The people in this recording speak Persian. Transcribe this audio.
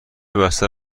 بسته